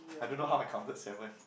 I don't know how I counted seven